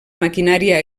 maquinària